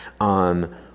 on